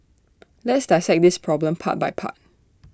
let's dissect this problem part by part